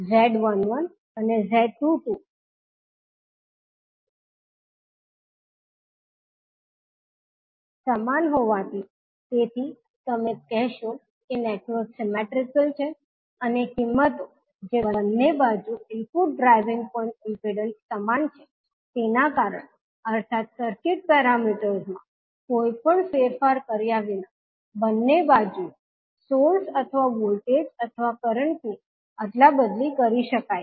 𝐳11 અને 𝐳22 સમાન હોવાથી તેથી તમે કહેશો કે નેટવર્ક સિમેટ્રીકલ છે અને કિંમતો જે બંને બાજુ ઇનપુટ ડ્રાઇવિંગ પોઇન્ટ ઇમ્પિડન્સ સમાન છે તેના કારણે અર્થાત સર્કિટ પેરામીટર્સ માં કોઈપણ ફેરફાર કર્યા વિના બંને બાજુએ સોર્સ અથવા વોલ્ટેજ અથવા કરંટ ની અદલાબદલી કરી શકાય છે